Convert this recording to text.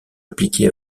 appliquée